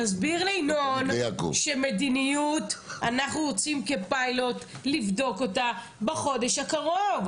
תסביר לינון שאנחנו רוצים לבדוק את המדיניות כפיילוט בחודש הקרוב.